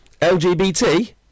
LGBT